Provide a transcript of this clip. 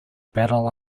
battle